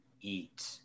eat